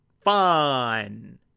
Fun